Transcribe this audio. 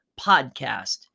podcast